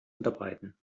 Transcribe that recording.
unterbreiten